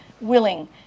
willing